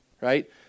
right